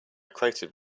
created